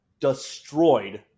destroyed